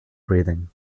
breathing